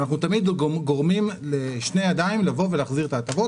אנחנו תמיד גורמים לשתי ידיים לבוא ולהחזיר את ההטבות.